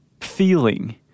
feeling